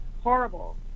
horrible